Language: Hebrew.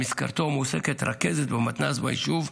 במסגרתו מועסקת רכזת במתנ"ס ביישוב,